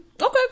Okay